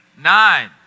Nine